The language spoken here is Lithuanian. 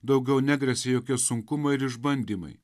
daugiau negresia jokie sunkumai ir išbandymai